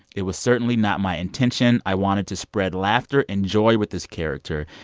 it was certainly not my intention. i wanted to spread laughter and joy with this character.